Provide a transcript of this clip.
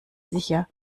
sicher